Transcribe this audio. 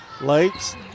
Lakes